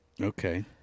Okay